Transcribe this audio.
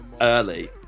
early